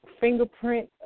fingerprint